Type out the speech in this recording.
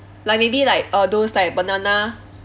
like maybe like uh those like banana